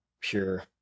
pure